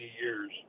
years